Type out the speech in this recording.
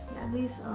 and these